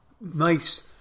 Nice